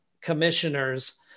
commissioners